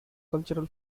cultural